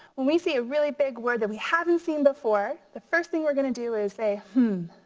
when we see a really big word that we haven't seen before, the first thing we're gonna do is say, hmm,